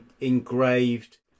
engraved